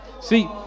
See